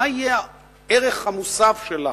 מה יהיה הערך המוסף שלה?